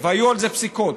והיו על זה פסיקות,